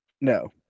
No